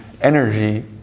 energy